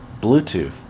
Bluetooth